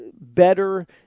better